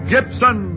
Gibson